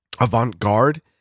avant-garde